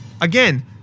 again